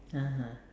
(uh huh)